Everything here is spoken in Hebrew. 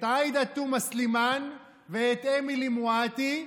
את עאידה תומא סלימאן ואמילי מואטי,